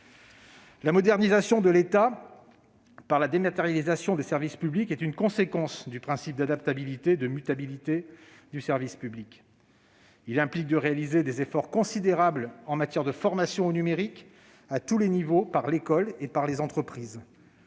La modernisation de l'État par la dématérialisation des services publics est une conséquence du principe d'adaptabilité et de mutabilité du service public. Celui-ci implique de réaliser des efforts considérables en matière de formation au numérique à tous les niveaux, par l'école et les entreprises.